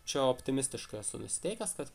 čia optimistiškai esu nusiteikęs kad